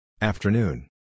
Afternoon